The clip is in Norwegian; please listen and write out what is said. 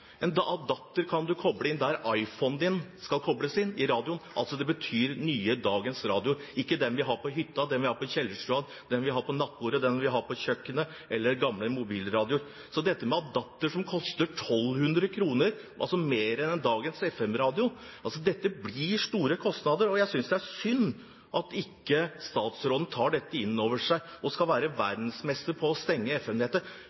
En adapter kan man koble inn der iPhonen din skal kobles inn i radioen. Altså: Det betyr nye – dagens – radioer, ikke den vi har på hytta, den vi har i kjellerstua, på nattbordet, på kjøkkenet eller gamle mobilradioer. En adapter koster 1 200 kr, altså mer enn dagens FM-radio. Dette blir store kostnader, og jeg synes det er synd at ikke statsråden tar dette inn over seg, men skal være